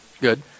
Good